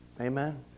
Amen